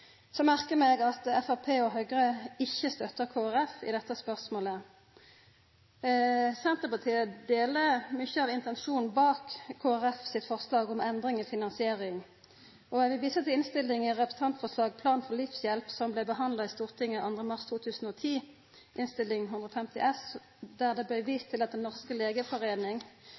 Så merkar eg meg at Framstegspartiet og Høgre ikkje støttar Kristeleg Folkeparti i dette spørsmålet. Senterpartiet deler mykje av intensjonen bak Kristeleg Folkeparti sitt forslag om endring av finansieringa. Eg vil visa til innstillinga til representantforslaget om plan for livshjelp, som blei behandla i Stortinget 2. mars 2010 – Innst. 150 S for 2009–2010 – der det blei vist til at Den norske legeforening